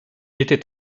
était